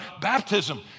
baptism